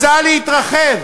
רוצה להתרחב,